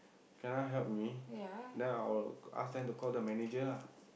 cannot help me then I'll ask them to call the manager lah